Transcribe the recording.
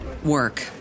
work